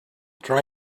try